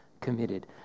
committed